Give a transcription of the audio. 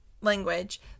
language